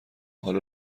حال